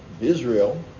Israel